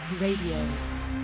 radio